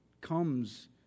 comes